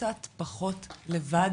קצת פחות לבד